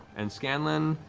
and scanlan,